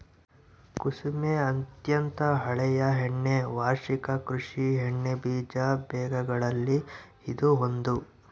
ಕುಸುಮೆ ಅತ್ಯಂತ ಹಳೆಯ ಎಣ್ಣೆ ವಾರ್ಷಿಕ ಕೃಷಿ ಎಣ್ಣೆಬೀಜ ಬೆಗಳಲ್ಲಿ ಇದು ಒಂದು